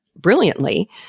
brilliantly